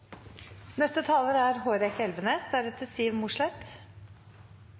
Neste taler er Geir Pollestad, deretter